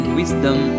wisdom